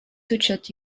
touched